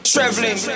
Traveling